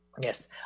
Yes